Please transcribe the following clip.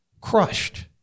crushed